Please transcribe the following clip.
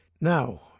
Now